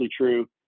true